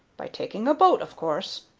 by taking a boat, of course.